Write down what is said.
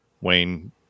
Wayne